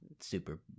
super